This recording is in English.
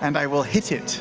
and i will hit it